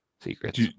Secrets